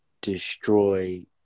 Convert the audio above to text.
destroy